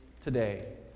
today